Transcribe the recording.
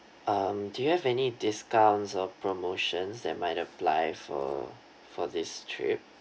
um do you have any discounts or promotions that might apply for for this trip